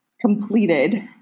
completed